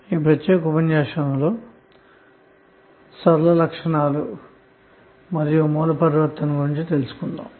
ఈ ప్రత్యేక ఉపన్యాసంలో సరళ లక్షణాలు మరియు సోర్స్ ట్రాన్స్ఫర్మేషన్ గురించి తెలుసుకొందాము